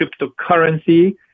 cryptocurrency